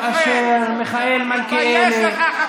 תתבייש לך.